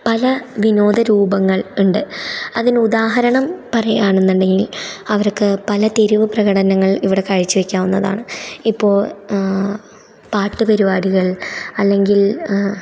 പല വിനോദരൂപങ്ങൾ ഉണ്ട് അതിനുദാഹരണം പറയുകയാണെന്നുണ്ടെങ്കിൽ അവർക്ക് പല തെരുവു പ്രകടനങ്ങൾ ഇവിടെ കാഴ്ചവെയ്ക്കാവുന്നതാണ് ഇപ്പോൾ പാട്ടു പരിപാടികൾ അല്ലെങ്കിൽ